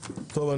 צהרים טובים.